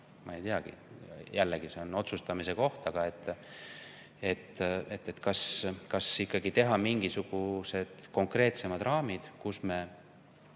ma ei teagi, jällegi, see on otsustamise koht – tuleks äkki ikkagi teha mingisugused konkreetsemad raamid, kus me